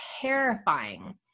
terrifying